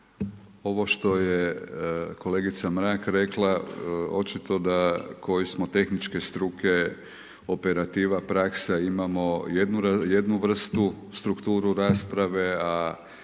Ovo što je kolegica Mrak rekla, očito da koji smo tehničke struke operativa praksa imamo jednu vrstu strukturu rasprave, a